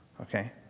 okay